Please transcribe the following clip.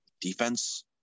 defense